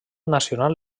nacional